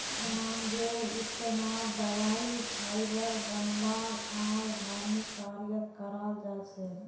भांगेर इस्तमाल दवाई फाइबर बनव्वा आर धर्मिक कार्यत कराल जा छेक